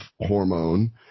hormone